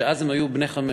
שאז היו בני חמש,